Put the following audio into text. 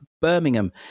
Birmingham